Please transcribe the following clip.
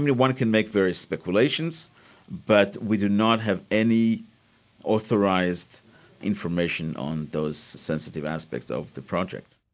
and one can make various speculations but we do not have any authorised information on those sensitive aspects of the project.